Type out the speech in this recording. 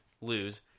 lose